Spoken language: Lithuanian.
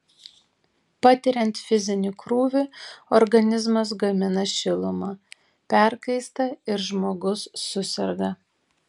patiriant fizinį krūvį organizmas gamina šilumą perkaista ir žmogus suserga